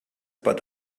but